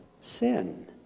sin